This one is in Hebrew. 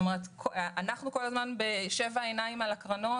אנחנו כל הזמן מסתכלים בשבע עיניים על הקרנות,